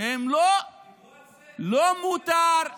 דיברו על זה, לא מותר.